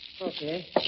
Okay